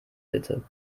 bitte